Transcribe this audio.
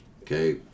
Okay